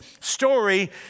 story